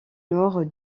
nord